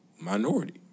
minority